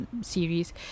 series